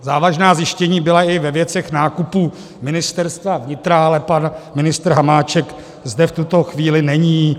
Závažná zjištění byla i ve věcech nákupů Ministerstva vnitra, ale pan ministr Hamáček zde v tuto chvíli není.